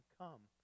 come